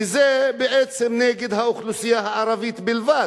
שזה בעצם נגד האוכלוסייה הערבית בלבד,